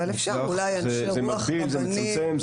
זה מגביל, זה מצמצם.